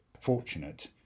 fortunate